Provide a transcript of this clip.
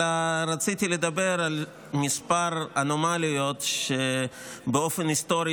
אלא רציתי לדבר על כמה אנומליות שבאופן היסטורי